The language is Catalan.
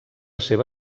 seva